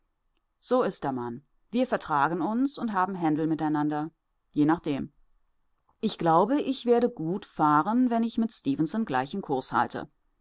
so ist der mann wir vertragen uns und haben händel miteinander je nachdem ich glaube ich werde gut fahren wenn ich mit stefenson gleichen kurs halte